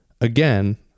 again